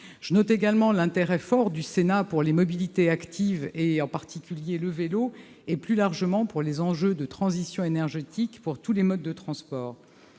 Je note également l'intérêt fort du Sénat pour les mobilités actives, en particulier le vélo, et plus largement pour les enjeux de transition énergétique qui se posent pour tous les modes de transport.